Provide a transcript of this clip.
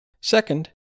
Second